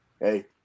hey